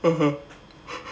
(uh huh)